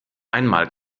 einmal